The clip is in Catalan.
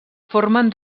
formen